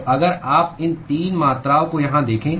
तो अगर आप इन 3 मात्राओं को यहां देखें